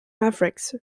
mavericks